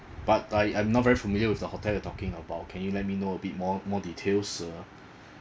but I'm I'm not very familiar with the hotel you talking about can you let me know a bit more more details uh